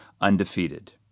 undefeated